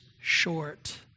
short